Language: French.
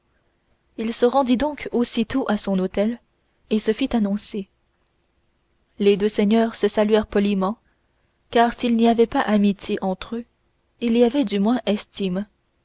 il se rendit donc aussitôt à son hôtel et se fit annoncer les deux seigneurs se saluèrent poliment car s'il n'y avait pas amitié entre eux il y avait du moins estime